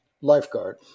lifeguard